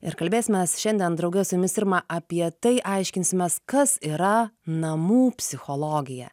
ir kalbėsimės šiandien drauge su jumis irma apie tai aiškinsimės kas yra namų psichologija